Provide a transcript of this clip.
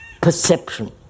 perception